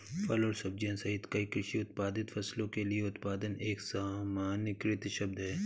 फल और सब्जियां सहित कई कृषि उत्पादित फसलों के लिए उत्पादन एक सामान्यीकृत शब्द है